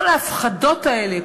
כל ההפחדות האלה,